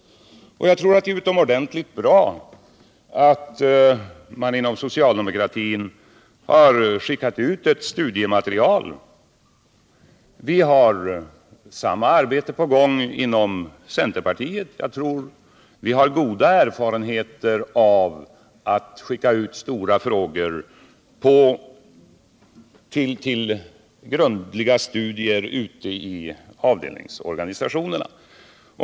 Jag tror att det är utomordentligt bra att socialdemokraterna har skickat ut ett studiematerial. Vi har samma arbete på gång inom centerpartiet. Vi har goda erfarenheter av att skicka ut stora frågor till grundliga studier i avdelningsorganisationerna.